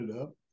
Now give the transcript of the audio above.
up